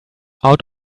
out